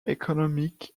economic